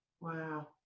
Wow